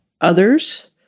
Others